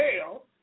hell